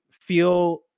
feel